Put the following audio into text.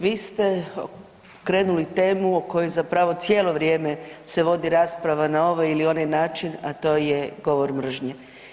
Vi ste krenuli temu o kojoj zapravo cijelo vrijeme se vodi rasprava na ovaj ili onaj način, a to je govor mržnje.